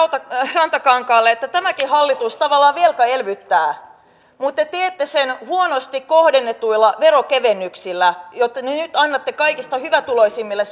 rantakankaalle että tämäkin hallitus tavallaan velkaelvyttää mutta te te teette sen huonosti kohdennetuilla verokevennyksillä jotka te nyt annatte kaikista hyvätuloisimmille